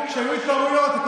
זה על כביש 85, זה לא בתוך הכפר.